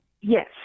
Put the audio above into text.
Yes